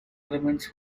elements